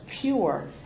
pure